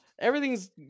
Everything's